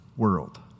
World